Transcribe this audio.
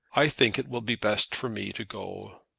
i think it will be best for me to go.